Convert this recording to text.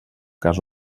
cas